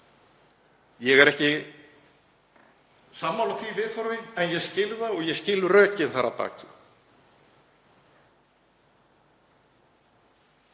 Ég er ekki sammála því viðhorfi en ég skil það, ég skil rökin þar að baki.